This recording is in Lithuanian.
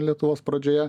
lietuvos pradžioje